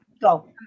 Go